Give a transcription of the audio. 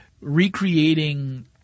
recreating